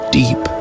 deep